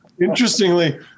Interestingly